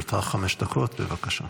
לרשותך חמש דקות, בבקשה.